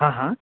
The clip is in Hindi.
हाँ हाँ